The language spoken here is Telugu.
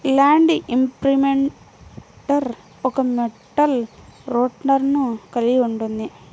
ల్యాండ్ ఇంప్రింటర్ ఒక మెటల్ రోలర్ను కలిగి ఉంటుంది